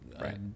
Right